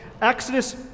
Exodus